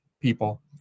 people